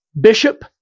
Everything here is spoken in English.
bishop